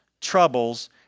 troubles